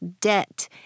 debt